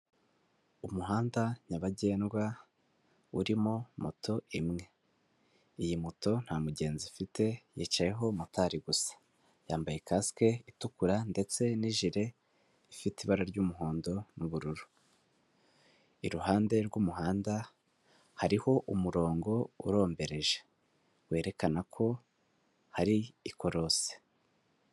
Umuhanda nyabagendwa urimo moto imwe, iyi moto nta mugenzi ifite yicayeho motari gusa, yambaye kasike itukura ndetse n'ijire ifite ibara ry'umuhondo n'ubururu, iruhande rw'umuhanda hariho umurongo urombereje werekana ko hari ikorosi.